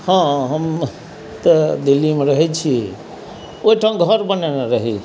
हँ हम तऽ दिल्लीमे रहै छी ओइठाम घऽर बनेने रही